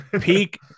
Peak